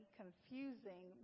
confusing